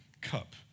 cup